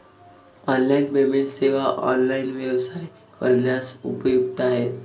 online payment सेवा online व्यवसाय करण्यास उपयुक्त आहेत